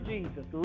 Jesus